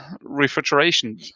refrigeration